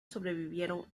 sobrevivieron